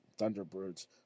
Thunderbirds